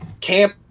camp